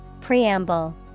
Preamble